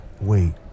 Wait